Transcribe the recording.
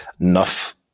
enough